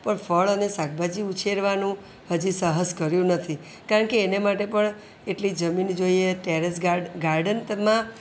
પણ ફળ અને શાકભાજી ઉછેરવાનું હજી સાહસ કર્યું નથી કારણ કે એને માટે પણ એટલી જમીન જોઈએ ટેરેસ ગાર ગાર્ડનમાં